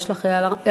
יש לך הערה?